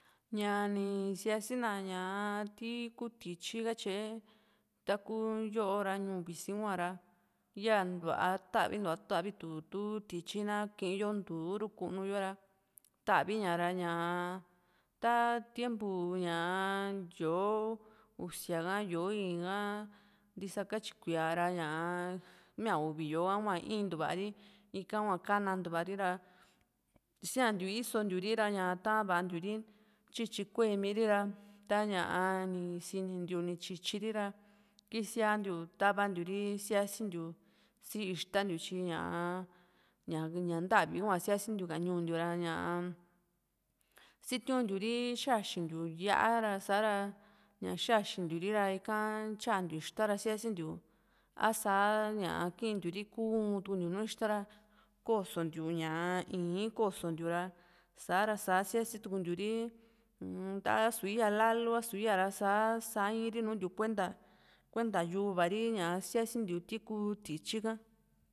ña ní síasi na ñá tu kú tityi katyee taku yóo ra ñuu visi´n hua ra yantua tavintúa tavitú tu tityi na kiin yo ntúu ru kiunu yo ra taviña ra ñá ta tiempu ña´a yó´o usia ka yó´o una íín ha ntisa katyi kuíaa ra ñaa mia uvi yó´o ha hua intua´ri ika hua kanantuva ri ra síantiu isontíur ra tavantiu ri ty´tyi kuemiri ra ta´ña ni sinintiu ní tyityíri ra kisíantiu tavantíu ri yasintíu si ixta ntiu tyi ña´a ñá ña ntavi hua siasíntiu ka ñuu ntiu ra ñaa siuntíuri xaxintiu yá´a ra sa´ra ña xaxintíu ri ra ika tyantíu ixta ra siasíntiu a´sá ña lintiu ri kuntíu uu´n tukuntiu nú ixta ra kosontiu ii´n kosontiu ra sa´ra sá siatukuntiu ri u-m a´su íya lalu a´su íya ra sa sá ii´ri nuntiu kuenta yuva ri siasintiu ti kú tityi ká